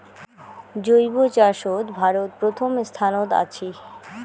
জৈব চাষত ভারত প্রথম স্থানত আছি